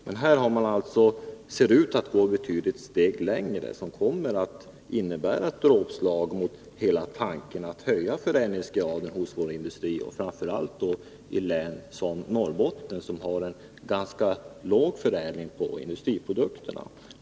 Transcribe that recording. Men nu ser det ut som om man går betydligt längre, något som kommer att innebära ett dråpslag mot hela tanken att höja förädlingsgraden när det gäller våra industriprodukter, framför allt i län som Norrbotten som har en ganska låg grad av förädling av industriprodukterna.